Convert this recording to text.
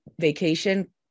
vacation